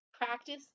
Practice